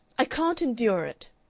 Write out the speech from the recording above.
i can't endure it,